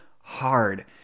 hard